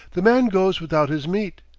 the man goes without his meat,